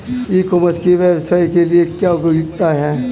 ई commerce की व्यवसाय के लिए क्या उपयोगिता है?